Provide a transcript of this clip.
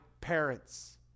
parents